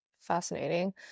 Fascinating